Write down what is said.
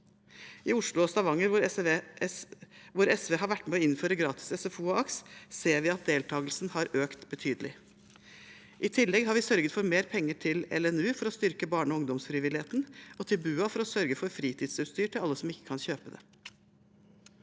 I Oslo og Stavanger, hvor SV har vært med på å innføre gratis SFO og AKS, ser vi at deltakelsen har økt betydelig. I tillegg har vi sørget for mer penger til LNU for å styrke barne- og ungdomsfrivilligheten og til BUA for å sørge for fritidsutstyr til alle som ikke kan kjøpe det.